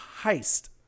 heist